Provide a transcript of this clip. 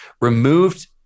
removed